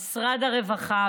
משרד הרווחה,